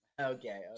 Okay